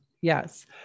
Yes